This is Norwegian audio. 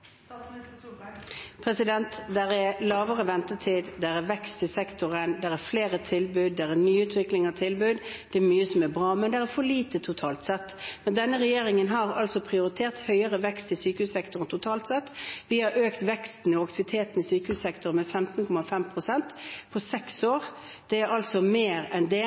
er kortere ventetid, det er vekst i sektoren, det er flere tilbud, det er ny utvikling av tilbud – det er mye som er bra. Men det er for lite totalt sett. Men denne regjeringen har altså prioritert høyere vekst i sykehussektoren totalt sett. Vi har økt veksten og aktiviteten i sykehussektoren med 15,5 pst. på seks år. Det er altså mer enn det